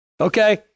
Okay